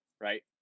right